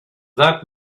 that